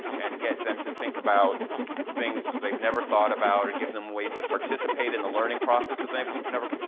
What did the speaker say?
and get them to think about things they've never thought about. or give them ways to participate in the learning process that they've never